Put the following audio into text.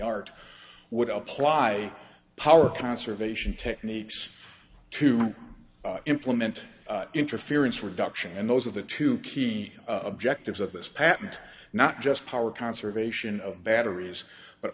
art would apply power conservation techniques to implement interference reduction and those are the two key objectives of this patent not just power conservation of batteries but